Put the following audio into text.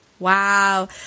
Wow